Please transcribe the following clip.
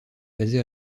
basé